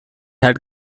had